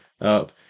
up